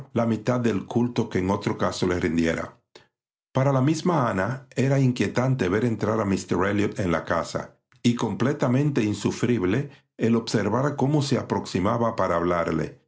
la mitad del culto que en otro caso le rindiera para la misma ana era inquietante ver entrar a míster elliot en la casa y completamente insufrible el observar cómo se aproximaba para hablarle